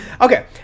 Okay